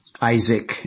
Isaac